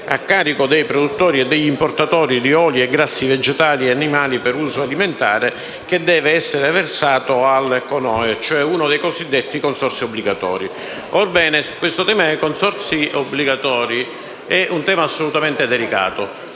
a carico dei produttori e degli importatori di oli e grassi vegetali e animali per uso alimentare, il quale deve essere versato al CONOE, uno dei cosiddetti consorzi obbligatori. Il tema dei consorzi obbligatori è assolutamente delicato